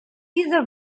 diese